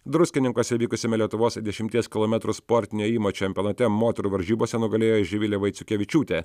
druskininkuose vykusiame lietuvos dešimties kilometrų sportinio ėjimo čempionate moterų varžybose nugalėjo živilė vaiciukevičiūtė